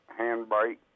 handbrake